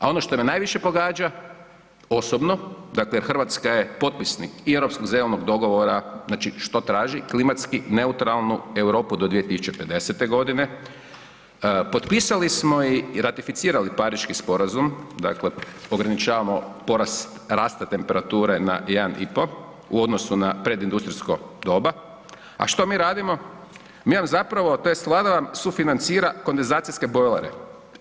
A ono što me najviše pogađa osobno, dakle Hrvatska je potpisnik i Europskog zelenog dogovora, znači što traži, klimatski neutralnu Europu do 2050. g., potpisali smo i ratificirali Pariški sporazum, dakle ograničavamo porast rasta temperature na 1,5 u odnosu na predindustrijsko doba, a što mi radimo, mi vam zapravo, tj. Vlada sufinancira kondenzacijske bojlere.